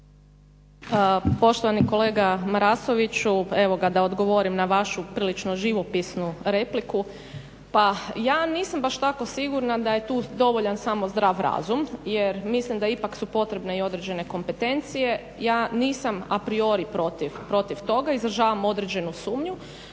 Poštovani kolega Marasoviću evo ga da odgovorim na vašu prilično živopisnu repliku. Pa ja nisam baš tako sigurna da je tu dovoljan samo zdrav razum jer mislim da ipak su potrebne i određene kompetencije. Ja nisam a priori protiv toga, izražavam određenu sumnju,